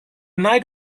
night